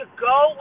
go